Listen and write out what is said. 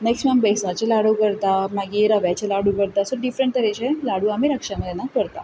next आमी बेसनाचे लाडू करता मागीर रव्याचे लाडू करता सो डिफरंट तरेचे लाडू आमी रक्षाबंधनाक करता